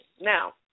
Now